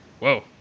Whoa